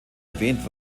erwähnt